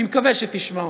ואני מקווה שתשמע אותי,